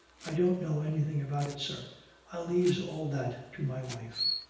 i don't know anything about it, sir i leaves all that to my wife.